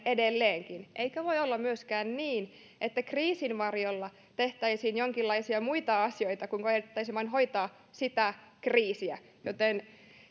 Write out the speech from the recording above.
edelleenkin eikä voi olla myöskään niin että kriisin varjolla tehtäisiin jonkinlaisia muita asioita kuin koetettaisiin vain hoitaa sitä kriisiä joten